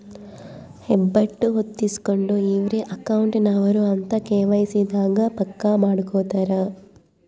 ಹೆಬ್ಬೆಟ್ಟು ಹೊತ್ತಿಸ್ಕೆಂಡು ಇವ್ರೆ ಅಕೌಂಟ್ ನವರು ಅಂತ ಕೆ.ವೈ.ಸಿ ದಾಗ ಪಕ್ಕ ಮಾಡ್ಕೊತರ